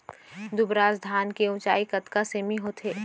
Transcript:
दुबराज धान के ऊँचाई कतका सेमी होथे?